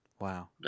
Wow